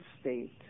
state